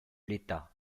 l’état